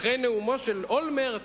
אחרי נאומו של אולמרט,